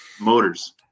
Motors